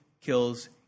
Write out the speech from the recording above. kills